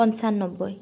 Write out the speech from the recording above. পঞ্চান্নব্বৈ